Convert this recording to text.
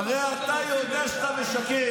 הרי אתה יודע שאתה משקר.